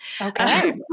Okay